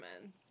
men